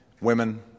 women